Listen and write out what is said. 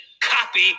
copy